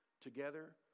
together